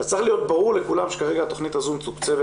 אז צריך להיות ברור לכולם שכרגע התכנית הזאת מתוקצבת